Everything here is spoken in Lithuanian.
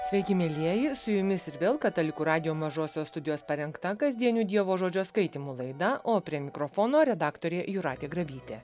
sveiki mielieji su jumis ir vėl katalikų radijo mažosios studijos parengta kasdienių dievo žodžio skaitymo laida o prie mikrofono redaktorė jūratė grabytė